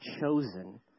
chosen